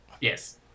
Yes